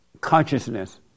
consciousness